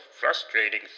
frustrating